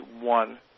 one